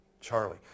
Charlie